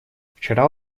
вчера